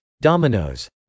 Dominoes